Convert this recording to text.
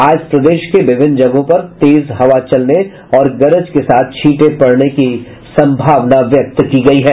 आज प्रदेश के विभिन्न जगहों पर तेज हवा चलने और गरज के साथ छींटे पड़ने की संभावना है